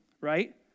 right